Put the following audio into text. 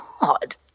God